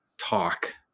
talk